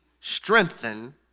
strengthen